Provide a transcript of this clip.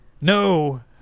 no